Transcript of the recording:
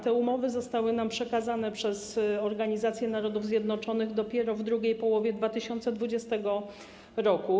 Te umowy zostały nam przekazane przez Organizację Narodów Zjednoczonych dopiero w drugiej połowie 2020 r.